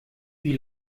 wie